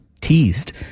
teased